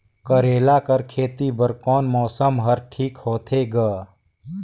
करेला कर खेती बर कोन मौसम हर ठीक होथे ग?